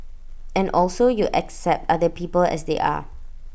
and also you accept other people as they are